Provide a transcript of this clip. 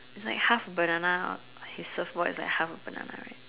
it's like half banana his surfboard is like half a banana right